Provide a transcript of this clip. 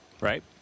Right